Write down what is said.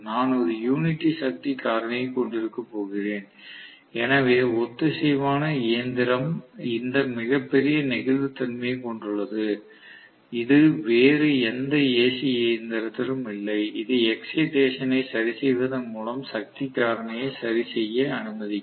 நான் ஒரு யூனிட்டி சக்தி காரணியைக் கொண்டிருக்கப் போகிறேன் எனவே ஒத்திசைவான இயந்திரம் இந்த மிகப்பெரிய நெகிழ்வுத்தன்மையைக் கொண்டுள்ளது இது வேறு எந்த ஏசி இயந்திரத்திலும் இல்லை இது எக்ஸைடேசன் ஐ சரிசெய்வதன் மூலம் சக்தி காரணியை சரி செய்ய அனுமதிக்கும்